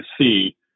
see